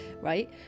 right